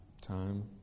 time